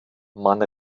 man